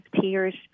tears